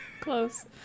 Close